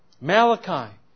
Malachi